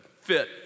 Fit